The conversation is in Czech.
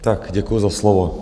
Tak děkuji za slovo.